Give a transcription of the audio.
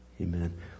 Amen